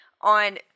on